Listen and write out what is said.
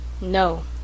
No